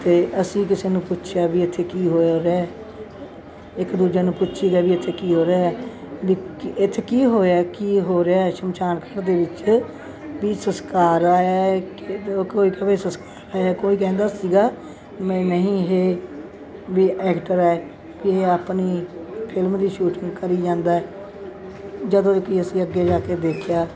ਅਤੇ ਅਸੀਂ ਕਿਸੇ ਨੂੰ ਪੁੱਛਿਆ ਵੀ ਇੱਥੇ ਕੀ ਹੋ ਰਿਹਾ ਇੱਕ ਦੂਜੇ ਨੂੰ ਪੁੱਛਿਆ ਲਿਆ ਵੀ ਇੱਥੇ ਕੀ ਹੋ ਰਿਹਾ ਹੈ ਵੀ ਕੀ ਇੱਥੇ ਕੀ ਹੋਇਆ ਕੀ ਹੋ ਰਿਹਾ ਸ਼ਮਸ਼ਾਨ ਘਰ ਦੇ ਵਿੱਚ ਵੀ ਸੰਸਕਾਰ ਆਇਆ ਕੋਈ ਕਹੇ ਸੰਸਕਾਰ ਆਇਆ ਹੈ ਕੋਈ ਕਹਿੰਦਾ ਸੀਗਾ ਮੈਂ ਨਹੀਂ ਇਹ ਵੀ ਐਕਟਰ ਹੈ ਵੀ ਇਹ ਆਪਣੀ ਫਿਲਮ ਦੀ ਸ਼ੂਟਿੰਗ ਕਰੀ ਜਾਂਦਾ ਜਦੋਂ ਕਿ ਅਸੀਂ ਅੱਗੇ ਜਾ ਕੇ ਦੇਖਿਆ